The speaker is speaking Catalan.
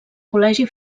col·legi